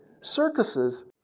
circuses